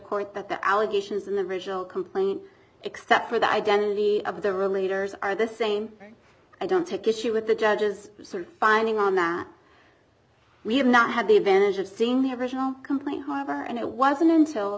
court that the allegations in the original complaint except for the identity of the room leaders are the same i don't take issue with the judge's finding on that we have not had the advantage of seeing the original complaint however and it wasn't until